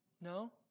No